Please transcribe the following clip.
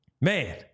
Man